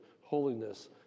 holiness